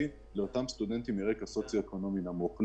לאותם סטודנטים מרקע סוציו אקונומי נמוך.